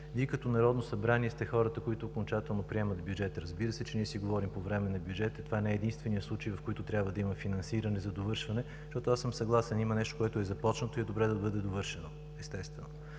Вие, като Народно събрание, сте хората, които окончателно приемат бюджета. Разбира се, че ние си говорим по време на бюджета, това не е единственият случай, в който трябва да има финансиране за довършване. Аз съм съгласен – има нещо, което е започнато и е добре да бъде довършено. Естествено.